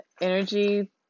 energy